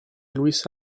louis